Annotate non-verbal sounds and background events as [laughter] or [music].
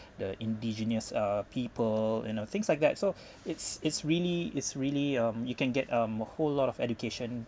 [breath] the indigenous uh people you know things like that so it's it's really it's really um you can get um a whole lot of education